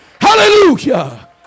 Hallelujah